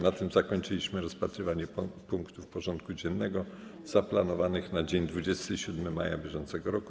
Na tym zakończyliśmy rozpatrywanie punktów porządku dziennego zaplanowanych na dzień 27 maja br.